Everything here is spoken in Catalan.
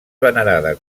venerada